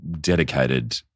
dedicated